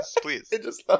please